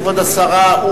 כבוד השרה,